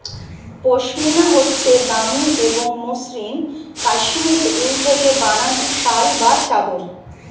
পশমিনা হচ্ছে দামি এবং মসৃন কাশ্মীরি উল থেকে বানানো শাল বা চাদর